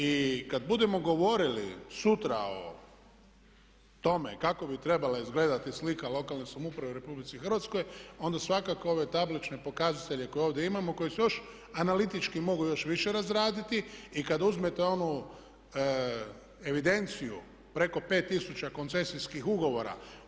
I kad budemo govorili sutra o tome kako bi trebala izgledati slika lokalne samouprave u Republici Hrvatskoj onda svakako ove tablične pokazatelje koje ovdje imamo, koji su još analitički mogu još više razraditi i kad uzmete onu evidenciju preko 5000 koncesijskih ugovora.